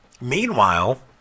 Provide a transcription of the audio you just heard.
Meanwhile